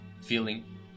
feeling